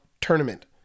tournament